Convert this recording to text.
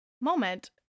moment